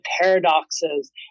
paradoxes